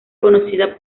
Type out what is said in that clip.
conocida